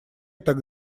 так